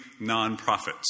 nonprofits